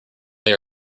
they